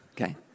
okay